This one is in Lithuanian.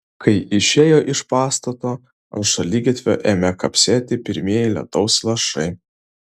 kai išėjo iš pastato ant šaligatvio ėmė kapsėti pirmieji lietaus lašai